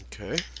Okay